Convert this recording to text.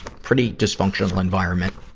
pretty dysfunctional environment.